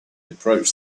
approached